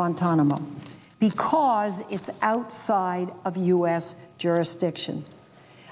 guantanamo because it's outside of u s jurisdiction